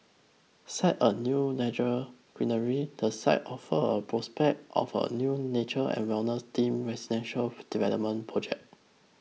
set a new greenery the site offers a prospect of a new nature and wellness themed residential development project